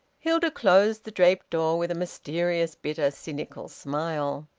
hilda closed the draped door with a mysterious, bitter, cynical smile.